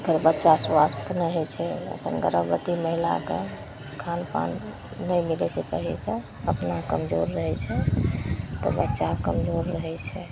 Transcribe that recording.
ओकर बच्चा स्वस्थ नहि होइ छै गर्भवती महिलाकेँ खानपान नहि मिलै छै सही तऽ अपना कमजोर रहै छै तऽ बच्चा कमजोर रहै छै